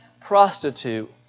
prostitute